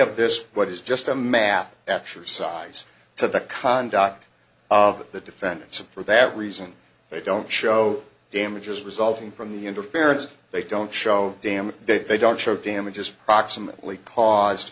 of this what is just a map exercise to the conduct of the defendants and for that reason they don't show damages resulting from the interference they don't show damage they don't show damages proximately caused